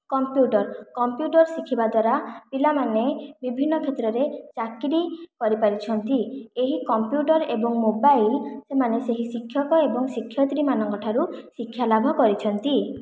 computer computer ଶିଖିବା ଦ୍ୱାରା ପିଲାମାନେ ବିଭିନ୍ନ କ୍ଷେତ୍ରରେ ଚାକିରି କରିପାରୁଛନ୍ତି ଏହି କମ୍ପ୍ୟୁଟର୍ ଏବଂ ମୋବାଇଲ୍ ସେମାନେ ସେହି ଶିକ୍ଷକ ଏବଂ ଶିକ୍ଷୟତ୍ରୀମାନଙ୍କଠାରୁ ଶିକ୍ଷା ଲାଭ କରିଛନ୍ତି